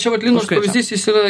čia vat linos pavyzdys jis yra